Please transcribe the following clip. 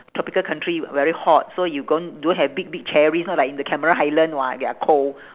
tropical country very hot so you gon~ don't have big big cherries not like in the cameron highland [what] they are cold